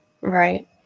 Right